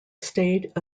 stayed